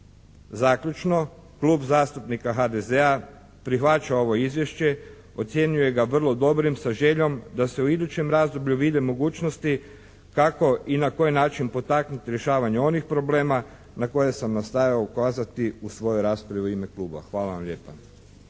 Zaključno. Klub zastupnika HDZ-a prihvaća ovo izvješće, ocjenjuje ga vrlo dobrim sa željom da se u idućem razdoblju vide mogućnosti kako i na koji način potaknuti rješavanje onih problema na koje sam nastojao ukazati u svojoj raspravi u ime kluba. Hvala vam lijepa.